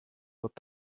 wird